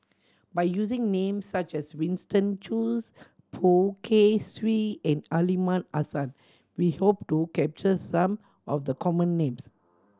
by using names such as Winston Choos Poh Kay Swee and Aliman Assan we hope to capture some of the common names